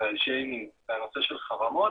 ועל שיימינג ועל נושא של חרמות,